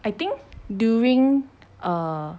I think during err